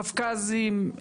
קווקזים,